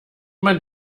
man